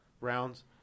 rounds